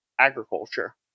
agriculture